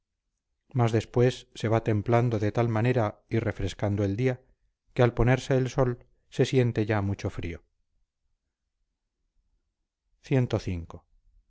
mas después se va templando de tal manera y refrescando el día que al ponerse el sol se siente ya mucho frío